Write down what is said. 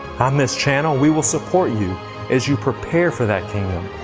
on this channel, we will support you as you prepare for that kingdom,